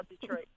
Detroit